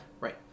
Right